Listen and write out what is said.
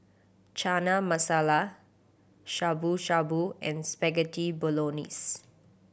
Chana Masala Shabu Shabu and Spaghetti Bolognese